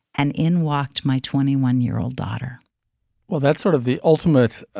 and in walked my twenty one year old daughter well, that's sort of the ultimate